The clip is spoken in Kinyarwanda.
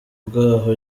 bw’aho